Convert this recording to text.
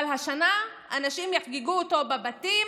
אבל השנה אנשים יחגגו אותו בבתים,